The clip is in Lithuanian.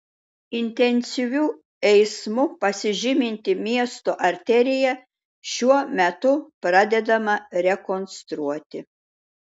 intensyviu eismu pasižyminti miesto arterija šiuo metu pradedama rekonstruoti